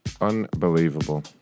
Unbelievable